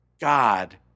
God